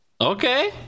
Okay